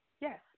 Yes